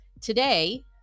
today